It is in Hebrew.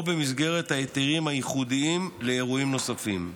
או במסגרת היתרים ייחודיים לאירועים נוספים.